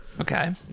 Okay